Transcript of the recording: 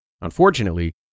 Unfortunately